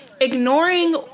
ignoring